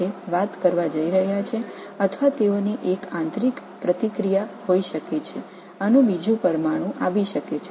அவைகள் ஒருவருக்கொருவர் பேசப் போகிறார்களா அல்லது அவைகள் ஒரு இடைமுக வினை கொண்டிருக்கலாம்